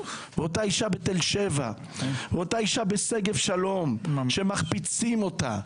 אותה אישה בתל שבע ואותה אישה בשגב שלום שמחפיצים אותה,